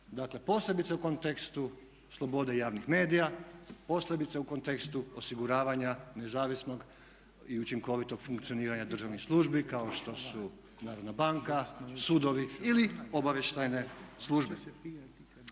posebice u kontekstu slobode javnih medija, posebice u kontekstu osiguravanja nezavisnog i učinkovitog funkcioniranja državnih službi kao što su Narodna banka, sudovi ili obavještajne službe.